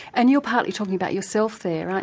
and you're partly talking about yourself, there,